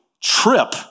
trip—